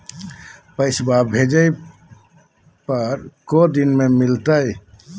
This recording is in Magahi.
पैसवा भेजे पर को दिन मे मिलतय?